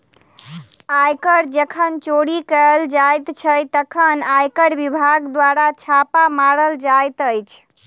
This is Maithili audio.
आयकर जखन चोरी कयल जाइत छै, तखन आयकर विभाग द्वारा छापा मारल जाइत अछि